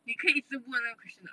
你可以一直问 question 的